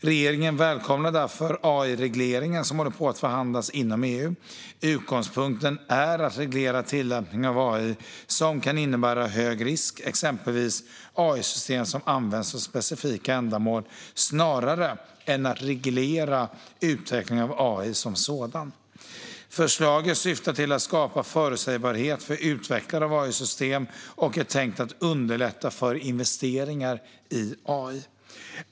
Regeringen välkomnar därför AI-regleringen som håller på att förhandlas inom EU. Utgångpunkten är att reglera tillämpning av AI som kan innebära hög risk, exempelvis AI-system som används för specifika ändamål, snarare än att reglera utveckling av AI som sådan. Förslaget syftar till att skapa förutsägbarhet för utvecklare av AI-system och är tänkt att underlätta för investeringar i AI.